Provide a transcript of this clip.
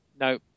No